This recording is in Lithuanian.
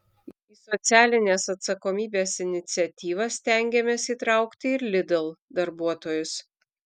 į socialinės atsakomybės iniciatyvas stengiamės įtraukti ir lidl darbuotojus